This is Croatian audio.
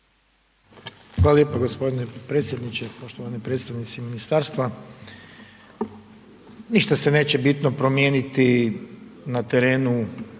Hvala lijepo g. potpredsjedniče, poštovani predstavnici ministarstva. Ništa se neće bitno promijeniti na terenu